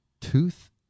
tooth